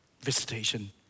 visitation